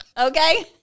okay